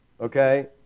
okay